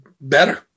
better